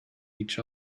each